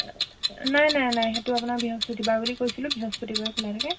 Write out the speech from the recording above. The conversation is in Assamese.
নাই নাই নাই সেইটো আপোনাৰ বৃহস্পতিবাৰ বুলি কৈছিলোঁ বৃহস্পতিবাৰ খোলা থাকে